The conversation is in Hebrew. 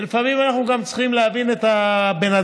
לפעמים אנחנו גם צריכים להבין את הבן-אדם.